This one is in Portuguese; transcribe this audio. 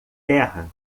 terra